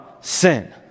sin